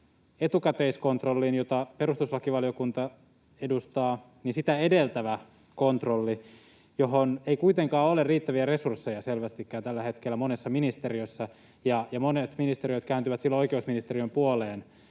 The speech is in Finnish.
etukäteiskontrollia, jota perustuslakivaliokunta edustaa, edeltävä kontrolli, johon ei kuitenkaan ole riittäviä resursseja selvästikään tällä hetkellä monessa ministeriössä, ja monet ministeriöt kääntyvät silloin oikeusministeriön puoleen